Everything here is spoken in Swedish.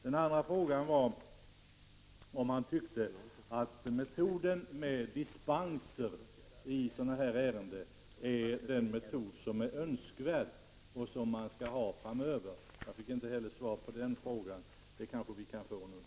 Den andra var om Lars Hedfors tycker att metoden med dispenser i sådana här ärenden är den metod som är önskvärd och som vi skall använda I framöver. Inte heller på den frågan fick jag något svar, men det kanske vi kan få nu.